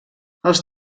els